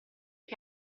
che